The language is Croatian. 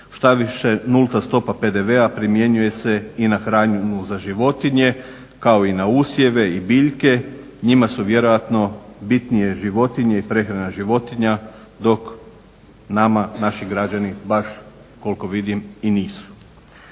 štaviše nulta stopa PDV-a primjenjuje se i na hranu za životinje kao i na usjeve i na biljke. Njima su bitnije vjerojatno životinje i prehrana životinja dok nama naši građani baš koliko vidim i nisu.